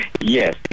Yes